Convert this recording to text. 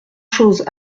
choses